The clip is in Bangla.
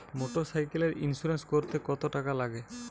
মোটরসাইকেলের ইন্সুরেন্স করতে কত টাকা লাগে?